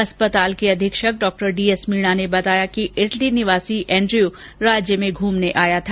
अस्पताल के अधीक्षक डॉ डीएस मीणा ने बताया कि इटली निवासी एंड्रयू राज्य में घूमने आया था